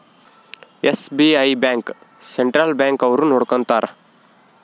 SBI bank central bank ಅವ್ರು ನೊಡ್ಕೋತರ